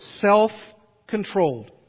self-controlled